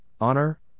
honor